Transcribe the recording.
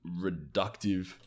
reductive